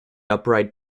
upright